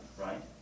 right